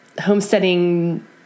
homesteading